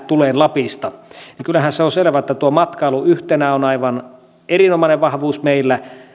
tulen lapista niin kyllähän se on selvä että tuo matkailu yhtenä on aivan erinomainen vahvuus meillä